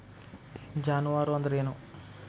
ಜಾನುವಾರು ಅಂದ್ರೇನು?